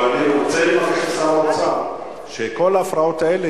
אבל אני רוצה לבקש משר האוצר שכל ההפרעות האלה,